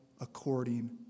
according